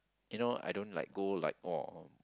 you know I don't like go like !wah!